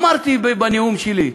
אמרתי בנאום שלי: